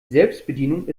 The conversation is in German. selbstbedienung